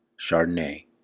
Chardonnay